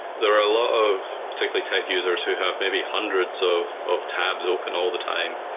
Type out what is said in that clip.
there are a lot of particularly type users who have maybe hundreds of of tabs open all the time.